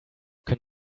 can